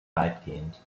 weitgehend